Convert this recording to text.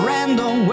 Random